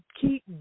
keep